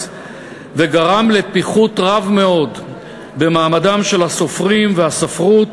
וגרם לפיחות רב מאוד במעמדם של הסופרים והספרות